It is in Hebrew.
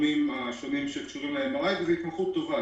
בתחומים שונים הקשורים ל-MRI, וזאת התמחות טובה.